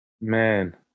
man